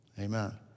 Amen